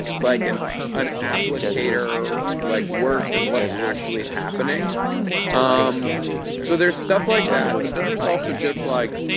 like, an an applicator, like works and what's actually happening um so there's stuff like that. but then there's also just, like,